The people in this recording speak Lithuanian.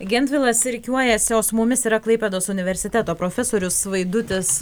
gentvilas rikiuojasi o su mumis yra klaipėdos universiteto profesorius vaidutis